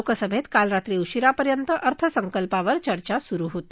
लोकसभेत काल रात्री उशिरापर्यंत अर्थसंकल्पावर चर्चा सुरू होती